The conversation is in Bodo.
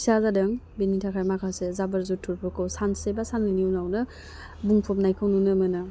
फिसा जादों बिनि थाखाय माखासे जाबोर जुथुरफोरखौ सानसेबा सान्नैनि उनावनो बुंफबनायखौ नुनो मोनो